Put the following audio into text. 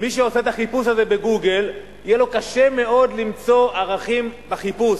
מי שעושה את החיפוש הזה ב"גוגל" יהיה לו קשה מאוד למצוא ערכים בחיפוש,